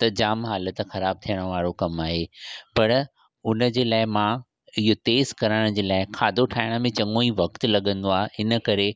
त जामु हालत ख़राबु थियण वारो कम आहे पर उन जे लाइ मां इय तेज़ करण जे लाइ खाधो ठाहिण में चङो ई वक़्तु लॻंदो आहे इन करे